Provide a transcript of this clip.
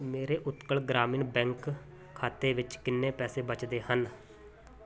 ਮੇਰੇ ਉਤਕਲ ਗ੍ਰਾਮੀਣ ਬੈਂਕ ਖਾਤੇ ਵਿੱਚ ਕਿੰਨੇ ਪੈਸੇ ਬਚਦੇ ਹਨ